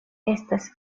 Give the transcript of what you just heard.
estas